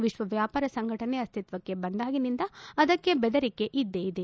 ವಿಶ್ವ ವ್ಯಾಪಾರ ಸಂಘಟನೆ ಅಸ್ತಿತ್ವಕ್ಕೆ ಬಂದಾಗಿನಿಂದ ಅದಕ್ಕೆ ಬೆದರಿಕೆ ಇದ್ದೇ ಇದೆ